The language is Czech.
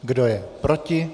Kdo je proti?